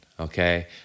Okay